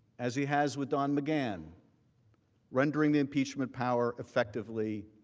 as he has with don mcgann rendering the impeachment power effectively,